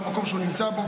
המקום שהוא נמצא בו,